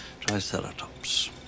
triceratops